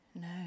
No